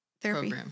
Therapy